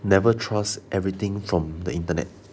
never trust everything from the internet